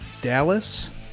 Dallas